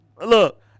Look